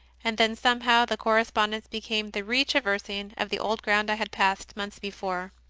and then somehow the correspondence became the retraversing of the old ground i had passed months before.